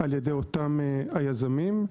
על ידי אותם יזמים.